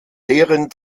deren